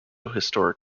historic